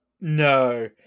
No